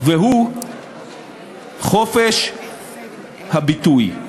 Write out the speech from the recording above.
והוא חופש הביטוי.